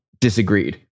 disagreed